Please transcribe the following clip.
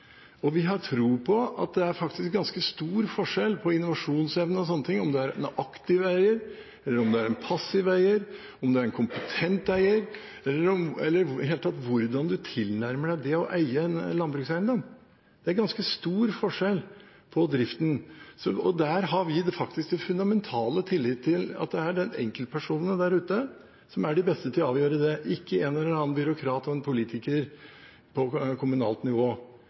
Vi har tro på at det er ganske stor forskjell på innovasjonsevne osv. om det er en aktiv eier eller en passiv eier, om det er en kompetent eier – i det hele tatt hvordan man tilnærmer seg det å eie en landbrukseiendom. Det er ganske stor forskjell på driften. Vi har den fundamentale tillit til at det er enkeltpersonene der ute som er de beste til å avgjøre det, ikke en eller annen byråkrat eller politiker på kommunalt nivå.